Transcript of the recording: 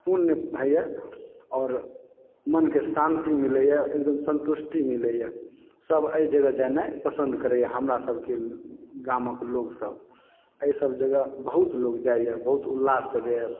पूण्य होइया आओर मन के शान्ति मिलैया एकदम संतुष्टि मिलैया सब एहि जगह जेनाइ पसन्द करैया हमरा सबके गामक लोकसभ एहि सब जगह बहुत लोक जाइया बहुत उल्लास सॅं जाइया